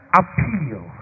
appeal